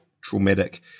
traumatic